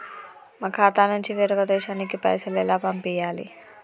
మా ఖాతా నుంచి వేరొక దేశానికి పైసలు ఎలా పంపియ్యాలి?